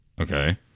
Okay